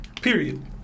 Period